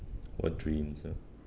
what dreams ah